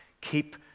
Keep